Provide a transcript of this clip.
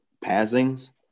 passings